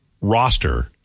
roster